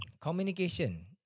communication